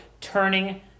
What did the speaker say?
turning